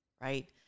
right